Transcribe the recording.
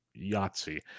Yahtzee